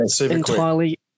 entirely